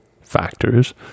factors